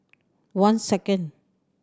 one second